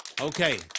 okay